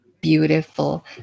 Beautiful